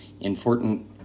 Important